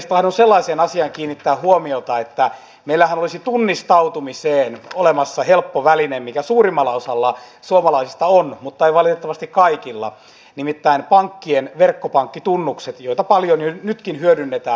tahdon kiinnittää huomiota sellaiseen asiaan että meillähän olisi tunnistautumiseen olemassa helppo väline mikä suurimmalla osalla suomalaisista on mutta ei valitettavasti kaikilla nimittäin pankkien verkkopankkitunnukset joita paljon jo nytkin hyödynnetään